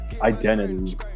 identity